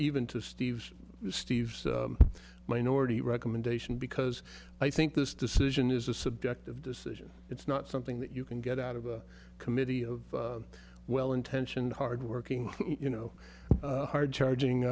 even to steve's steve's minority recommendation because i think this decision is a subjective decision it's not something that you can get out of a committee of well intentioned hard working you know hard charging